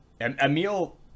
emil